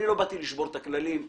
אני לא באתי לשבור את הכללים.